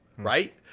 right